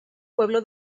pueblo